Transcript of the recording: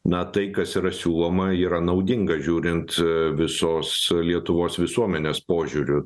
na tai kas yra siūloma yra naudinga žiūrint visos lietuvos visuomenės požiūriu